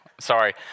Sorry